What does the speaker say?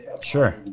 Sure